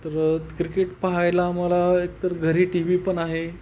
तर क्रिकेट पहायला आम्हाला एकतर घरी टी व्ही पण आहे